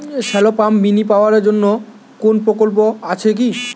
Shallow pump mini power জন্য কোনো প্রকল্প আছে কি?